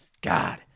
God